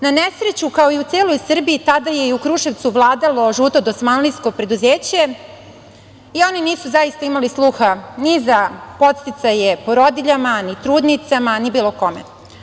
Na nesreću, kao i u celoj Srbiji, tada je i u Kruševcu vladalo žuto dosmanlijsko preduzeće i oni nisu zaista imali sluha ni za podsticaje porodiljama, ni trudnicama, ni bilo kome.